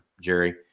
Jerry